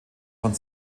von